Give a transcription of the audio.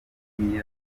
yitabye